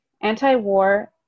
anti-war